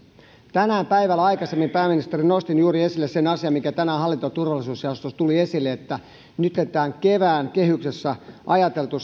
tänään päivällä aikaisemmin pääministeri nostin esille juuri sen asian mikä tänään hallinto ja turvallisuusjaostossa tuli esille että nytten tämän kevään kehyksessä ajateltu